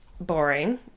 boring